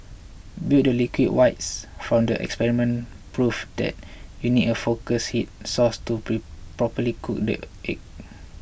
but the liquid whites from the experiment proved that you need a focused heat source to properly cook the eggs